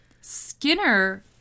Skinner